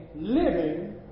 living